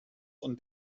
und